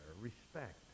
respect